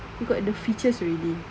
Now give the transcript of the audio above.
he got the features really